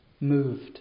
moved